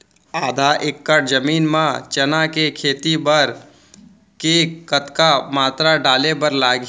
आधा एकड़ जमीन मा चना के खेती बर के कतका मात्रा डाले बर लागही?